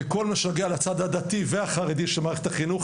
בכל מה שנוגע לצד הדתי והחרדי של מערכת החינוך,